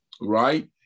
right